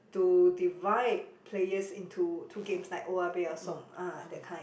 to divide players into to games like owa peya som ah that kind